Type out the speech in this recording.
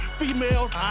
females